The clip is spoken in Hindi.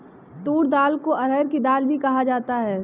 तूर दाल को अरहड़ की दाल भी कहा जाता है